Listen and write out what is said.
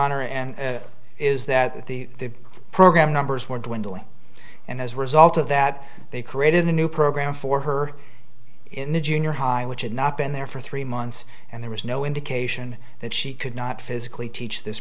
honor and is that the program numbers were dwindling and as a result of that they created a new program for her in the junior high which had not been there for three months and there was no indication that she could not physically teach this